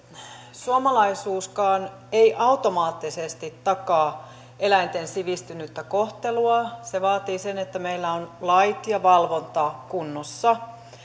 suomalaisuuskaan ei automaattisesti takaa eläinten sivistynyttä kohtelua se vaatii sen että meillä on lait ja valvonta kunnossa